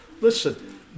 Listen